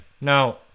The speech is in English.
Now